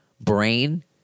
Brain